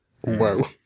Whoa